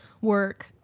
work